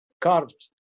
carved